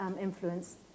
influence